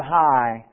high